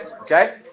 Okay